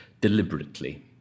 deliberately